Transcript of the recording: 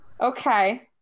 Okay